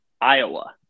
Iowa